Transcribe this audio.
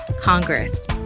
Congress